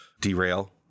derail